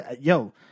Yo